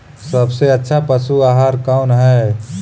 सबसे अच्छा पशु आहार कौन है?